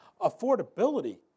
affordability